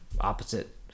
opposite